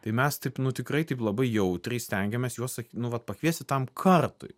tai mes taip nu tikrai taip labai jautriai stengiamės juos nu vat pakviesti tam kartui